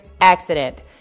accident